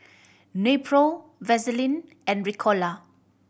Nepro Vaselin and Ricola